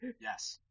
Yes